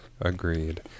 agreed